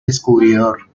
descubridor